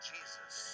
Jesus